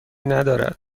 ندارد